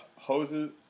Hoses